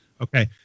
Okay